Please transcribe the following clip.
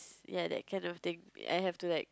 ya that kind of thing I have to like